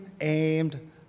aimed